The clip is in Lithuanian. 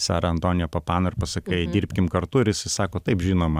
sarantonio popana ir pasakai dirbkim kartu ir jisai sako taip žinoma